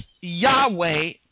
Yahweh